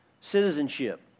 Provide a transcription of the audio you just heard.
citizenship